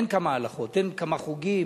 אין כמה הלכות, אין כמה חוגים,